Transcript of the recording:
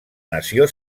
nació